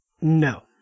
no